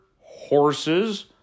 horses